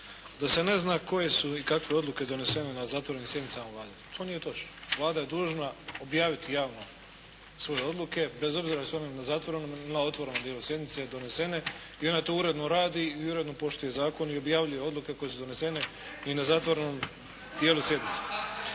da se ne zna koje su i kakve odluke donesene na zatvorenim sjednicama Vlade. To nije točno. Vlada je dužna objaviti javno svoje odluke bez obzira jesu one na zatvorenom ili na otvorenom dijelu sjednice donesene i ona to uredno radi i uredno poštuje zakone i objavljuje odluke koje su donesene i na zatvorenom dijelu sjednice.